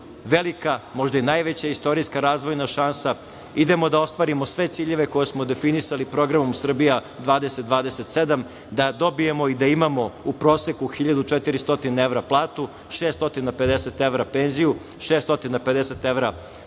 velika možda i najveća istorijska razvojna šansa. Idemo da ostvarimo sve ciljeve koje smo definisali programom Srbija 2027, da dobijemo i da imamo u proseku 1.400 evra platu, 650 evra penziju, 650 evra